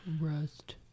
Rust